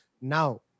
Now